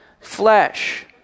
flesh